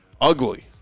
ugly